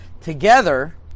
together